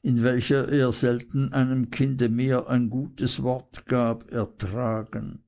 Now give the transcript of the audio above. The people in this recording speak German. in welcher er selten einem kinde mehr ein gutes wort gab ertragen